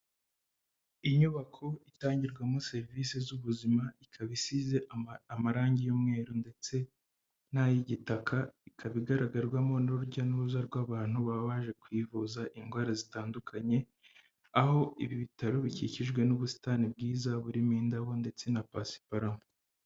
Inyubako itangirwamo serivisi z'ubuzima, ikaba isize amarangi y'umweru ndetse n'ay'igitaka, ikaba igaragarwamo n'urujya n'uruza rw'abantu, baba baje kwivuza indwara zitandukanye, aho ibi bitaro bikikijwe n'ubusitani bwiza, burimo indabo ndetse na pasiparume.